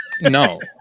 No